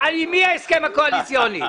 עם מי ההסכם הקואליציוני?